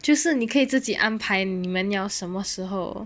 就是你可以自己安排你们要什么时候